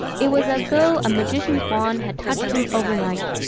it was as though a magician's wand had touched him overnight.